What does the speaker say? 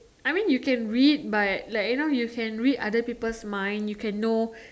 I mean you can read but like you know you can read other people's mind you can know